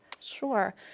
Sure